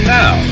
now